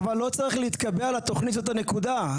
אבל לא צריך להתקבע על התכנית, זאת הנקודה.